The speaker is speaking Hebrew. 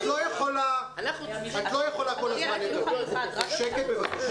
את לא יכולה כל הזמן לדבר, שקט בבקשה.